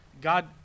God